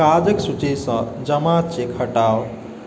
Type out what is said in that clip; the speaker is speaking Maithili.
काजक सूचीसँ जमा चेक हटाउ